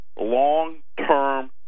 long-term